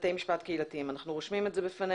בתי משפט קהילתיים אנחנו רושמים את זה לפנינו.